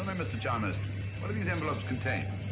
um and mr. chalmers what do these envelopes contain?